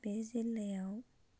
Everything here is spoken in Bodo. बे जिल्लायाव